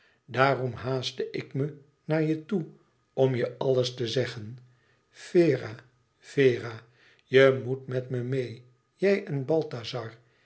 daarom haastte ik me naar je toe om je alles te zeggen vera vera je moet met me meê jij en balthazar